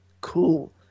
cool